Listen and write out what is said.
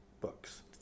books